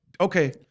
Okay